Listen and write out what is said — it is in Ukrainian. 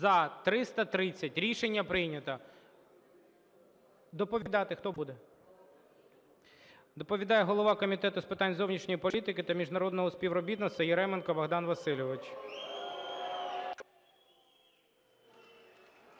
Доповідати хто буде? Доповідає голова Комітету з питань зовнішньої політики та міжнародного співробітництва Яременко Богдан Васильович.